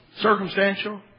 Circumstantial